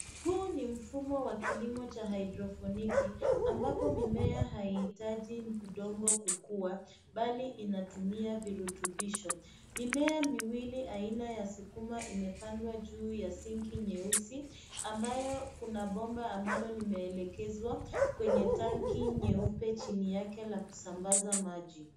Huu ni mfumo wa kilimo cha hydroponiki ambapo mimea haihitaji udongo kukua bali inatumia virutubisho. Mimea miwili, aina ya sukuma imepandwa juu ya sinki nyeusi ambayo kuna bomba ambalo limeelekezwa kwenye tangi nyeupe chini yake, la kusambaza maji.